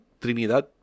Trinidad